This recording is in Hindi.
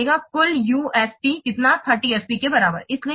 तो मिलेगा कुल UFP कितना 30 FP के बराबर है